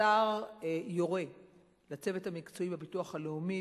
השר יורה לצוות המקצועי בביטוח הלאומי,